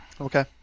Okay